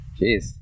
Jeez